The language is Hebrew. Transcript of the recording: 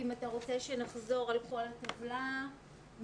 אם אתה רוצה שנחזור על כל הטבלה מחדש.